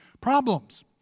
problems